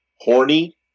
horny